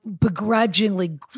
begrudgingly